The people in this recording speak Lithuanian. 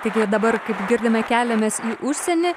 taigi dabar kaip girdime keliamės į užsienį